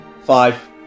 Five